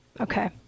Okay